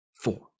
four